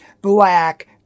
black